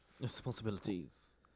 responsibilities